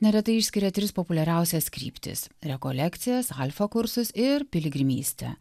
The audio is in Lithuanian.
neretai išskiria tris populiariausias kryptis rekolekcijas alfa kursus ir piligrimystę